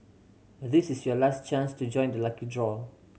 this is your last chance to join the lucky draw